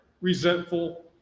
resentful